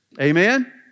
Amen